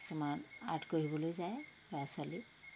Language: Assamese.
কিছুমান আৰ্ট কৰিবলৈ যায় ল'ৰা ছোৱালী